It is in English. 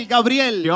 Gabriel